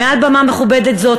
"מעל במה מכובדת זאת,